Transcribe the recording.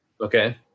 Okay